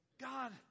God